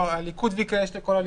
לא, הליכוד ביקש לכל הליכוד.